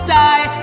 die